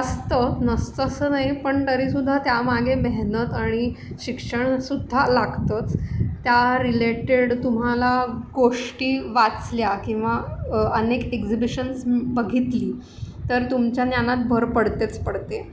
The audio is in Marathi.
असतं नसतं असं नाही पण तरीसुद्धा त्यामागे मेहनत आणि शिक्षणसुद्धा लागतंच त्या रिलेटेड तुम्हाला गोष्टी वाचल्या किंवा अनेक एक्झिबिशन्स बघितली तर तुमच्या ज्ञानात भर पडतेच पडते